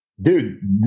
dude